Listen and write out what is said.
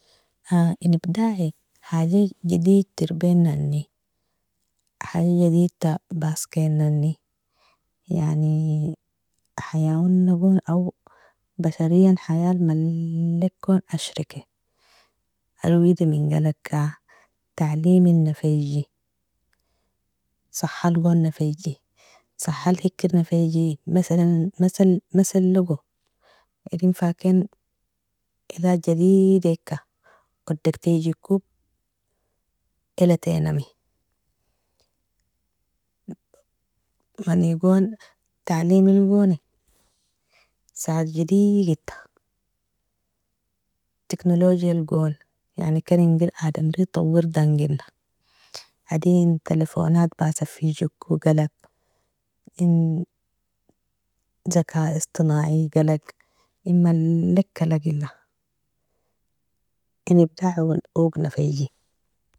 - inibidaa haji jaded tirbenanani, haji jadedta baskenanani yani hayaonagon awo basharian hayal malekon ashrike, wida mingalaka talime nafeji, sahalgon nafeji, sahal heiker nafeji, masalogo erin faken elaja digideka odafejeko elitinami, manigon talemelgoni sadje digidta, tiknolojialgon yani ken inger adamri tawirdangina, adin talfonat basifejeko galag in zaka istinaai galag inmalikalagela, inibidaa oga nafeje.